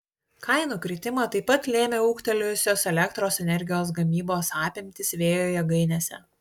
kainų kritimą taip pat lėmė ūgtelėjusios elektros energijos gamybos apimtys vėjo jėgainėse